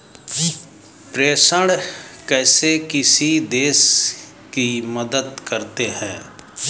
प्रेषण कैसे किसी देश की मदद करते हैं?